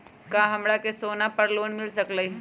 का हमरा के सोना पर लोन मिल सकलई ह?